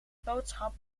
boodschap